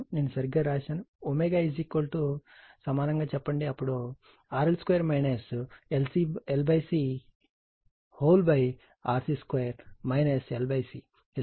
నేను సరిగ్గా రాశాను ω సమానంగా చెప్పండి అప్పుడు RL 2 LC RC 2 LC ఇలాంటి అంశం